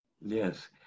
Yes